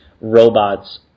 robots